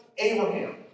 Abraham